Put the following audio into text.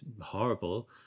horrible